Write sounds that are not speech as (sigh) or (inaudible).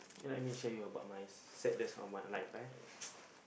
okay let me share you about my sadness of my life eh (noise) (breath)